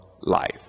life